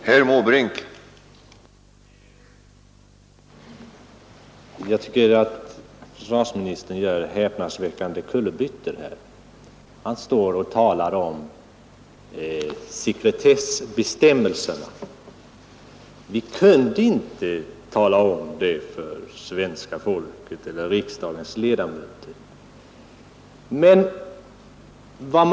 Herr talman! Jag tycker att försvarsministern gör häpnadsväckande kullerbyttor när han står och talar om sekretessbestämmelserna. Vi kunde inte tala om Viggenprojektet för svenska folket eller för riksdagens ledamöter, sade han.